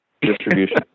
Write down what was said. distribution